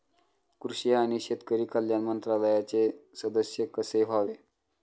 कृषी आणि शेतकरी कल्याण मंत्रालयाचे सदस्य कसे व्हावे?